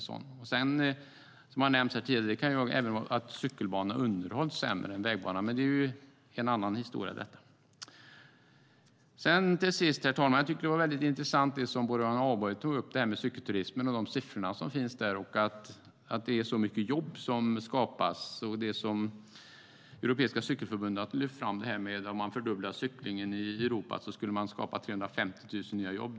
Som har nämnts här tidigare kan det också hända att cykelbanor underhålls sämre än vägbanor, men det är en annan historia. Herr talman! Jag tyckte att det som Boriana Åberg tog upp om cykelturismen, siffrorna på det och att det är så mycket jobb som skapas där var intressant. Europeiska cykelförbundet har lyft fram att om man fördubblade cyklingen i Europa skulle man skapa 350 000 nya jobb.